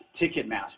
Ticketmaster